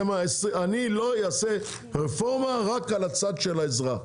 אני לא אעשה רפורמה רק על הצד של האזרח,